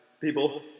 people